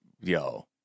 Yo